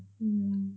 mm